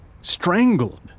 Strangled